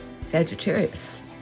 Sagittarius